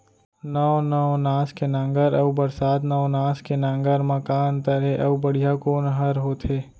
नौ नवनास के नांगर अऊ बरसात नवनास के नांगर मा का अन्तर हे अऊ बढ़िया कोन हर होथे?